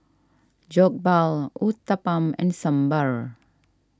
Jokbal Uthapam and Sambar